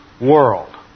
world